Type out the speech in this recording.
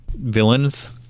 villains